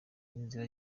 inzira